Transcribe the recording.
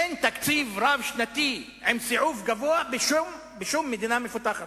אין תקציב רב-שנתי עם סיעוף גבוה בשום מדינה מפותחת,